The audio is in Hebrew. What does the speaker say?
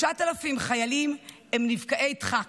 כ-9,000 חיילים הם נפגעי דחק,